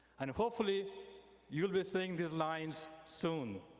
and and hopefully you'll be saying these lines soon.